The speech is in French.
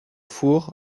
four